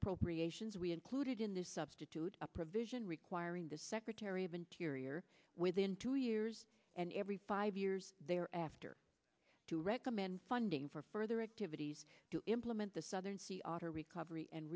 appropriations we included in this substitute a provision requiring the secretary of interior within two years and every five years thereafter to recommend funding for further activities to implement the southern sea otter recovery and